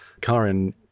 karen